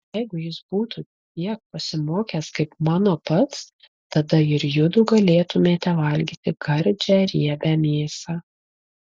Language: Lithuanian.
jeigu jis būtų tiek pasimokęs kaip mano pats tada ir judu galėtumėte valgyti gardžią riebią mėsą